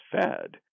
fed